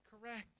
correct